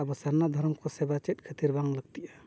ᱟᱵᱚ ᱥᱟᱨᱱᱟ ᱫᱷᱚᱨᱚᱢ ᱠᱚ ᱥᱮᱵᱟ ᱪᱮᱫ ᱠᱷᱟᱹᱛᱤᱨ ᱵᱟᱝ ᱞᱟᱹᱠᱛᱤᱜᱼᱟ